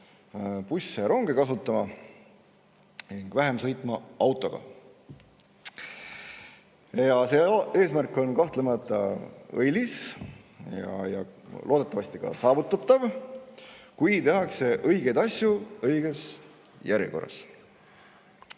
busse ja ronge ning sõitma vähem autoga. See eesmärk on kahtlemata õilis ja loodetavasti ka saavutatav, kui tehakse õigeid asju õiges järjekorras.